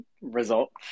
result